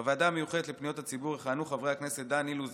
בוועדה המיוחדת לפניות הציבור יכהנו חברי הכנסת דן אילוז,